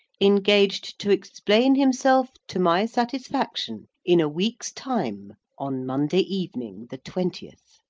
engaged to explain himself to my satisfaction, in a week's time, on monday evening the twentieth.